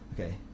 Okay